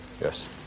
Yes